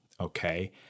Okay